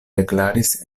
deklaris